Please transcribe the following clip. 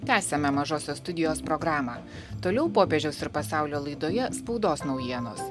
tęsiame mažosios studijos programą toliau popiežiaus ir pasaulio laidoje spaudos naujienos